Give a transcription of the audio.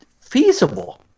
feasible